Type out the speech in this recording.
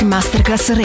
Masterclass